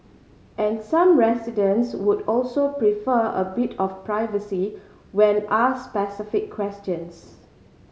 and some residents would also prefer a bit of privacy when asked specific questions